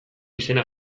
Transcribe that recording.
izena